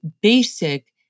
basic